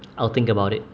I'll think about it